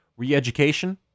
Reeducation